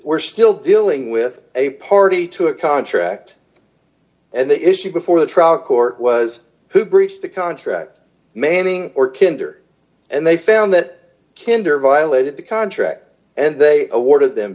we're still dealing with a party to a contract and the issue before the trial court was who breached the contract manning or tkinter and they found that candor violated the contract and they awarded them